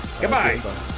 Goodbye